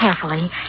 carefully